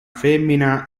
femmina